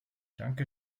danke